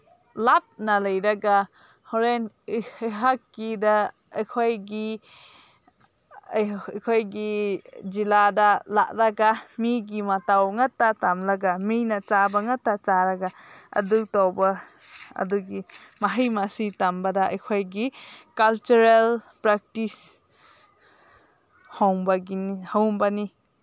ꯂꯥꯞꯅ ꯂꯩꯔꯒ ꯍꯣꯔꯦꯟ ꯑꯩꯍꯥꯛꯀꯤꯗ ꯑꯩꯈꯣꯏꯒꯤ ꯑꯩꯈꯣꯏꯒꯤ ꯖꯤꯂꯥꯗ ꯂꯥꯛꯂꯒ ꯃꯤꯒꯤ ꯃꯇꯧ ꯉꯥꯛꯇ ꯇꯝꯂꯒ ꯃꯤꯅ ꯆꯥꯕ ꯉꯥꯛꯇ ꯆꯥꯔꯒ ꯑꯗꯨ ꯇꯧꯕ ꯑꯗꯨꯒꯤ ꯃꯍꯩ ꯃꯁꯤꯡ ꯇꯝꯕꯗ ꯑꯩꯈꯣꯏꯒꯤ ꯀꯜꯆꯔꯦꯜ ꯄ꯭ꯔꯥꯛꯇꯤꯁ ꯍꯣꯡꯕꯒꯤꯅꯤ ꯍꯣꯡꯕꯅꯤ